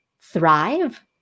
thrive